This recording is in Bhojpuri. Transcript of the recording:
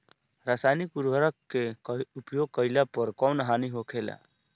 रसायनिक उर्वरक के उपयोग कइला पर कउन हानि होखेला?